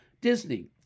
Disney